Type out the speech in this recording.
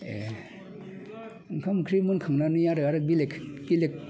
एह ओंखाम ओंख्रि मोनखांनानै आरो बेलेक बेलेक